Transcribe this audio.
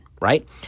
right